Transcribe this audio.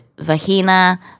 vagina